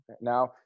Now